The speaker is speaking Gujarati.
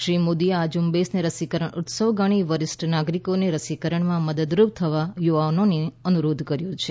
શ્રી મોદીએ આ ઝૂંબેશને રસીકરણ ઉત્સવ ગણી વરિષ્ઠ નાગરિકોને રસીકરણમાં મદદરૂપ થવા યુવાનોને અનુરોધ કર્યો છે